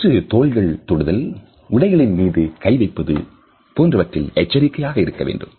வெற்றுத் தோள்கள் தொடுதல் உடைகளின் மீது கை வைப்பது போன்றவற்றில் எச்சரிக்கையாக இருக்க வேண்டும்